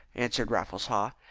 answered raffles haw.